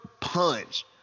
punch